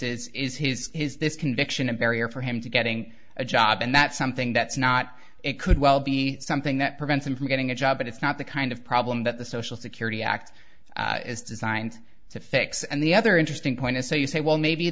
cases is his is this conviction a barrier for him to getting a job and that's something that's not it could well be something that prevents him from getting a job but it's not the kind of problem that the social security act is designed to fix and the other interesting point is so you say well maybe